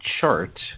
chart